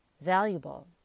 valuable